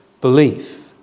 belief